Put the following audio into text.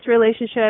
relationship